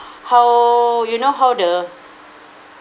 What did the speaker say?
how you know how the